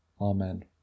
Amen